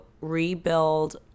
rebuild